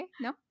No